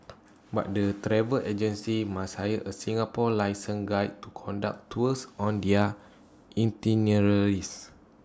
but the travel agencies must hire A Singapore licensed guide to conduct tours on their itineraries